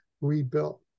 rebuilt